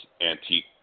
antique